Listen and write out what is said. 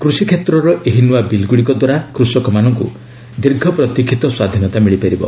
କୃଷିକ୍ଷେତ୍ରର ଏହି ନୂଆ ବିଲ୍ଗୁଡ଼ିକଦ୍ୱାରା କୃଷକମାନଙ୍କୁ ଦୀର୍ଘ ପ୍ରତୀକ୍ଷିତ ସ୍ୱାଧୀନତା ମିଳିପାରିବ